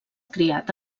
criat